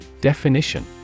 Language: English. Definition